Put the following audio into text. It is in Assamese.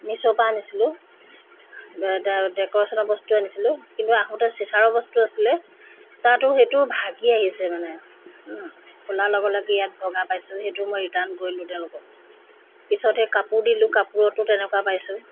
মিশ্ব' পৰা আনিছিলোঁ ডেকৰেশ্যনৰ বস্তু আনিছিলোঁ কিন্তু আহোঁতে চিচাৰৰ বস্তু আছিলে তাতো সেইটো ভাগি আহিছে মানে খোলাৰ লগে লগে ইয়াত ভগা পাইছোঁ সেইটো মই ৰিটাৰ্ণ কৰিলোঁ তেওঁলোকক পিছত সেই কাপোৰ দিলোঁ কাপোৰতো তেনেকুৱা পাইছোঁ